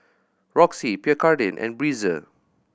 Roxy Pierre Cardin and Breezer